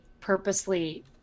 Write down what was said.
purposely